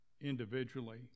individually